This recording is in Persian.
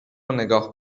نگاه